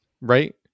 Right